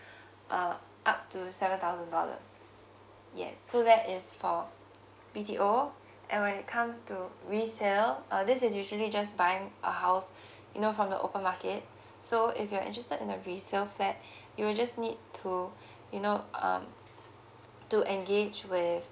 uh up to seven thousand dollars yes so that is for B_T_O and when it comes to resale uh this is usually just buying a house you know from the open market so if you're interested in a resale flat you will just need to you know um to engage with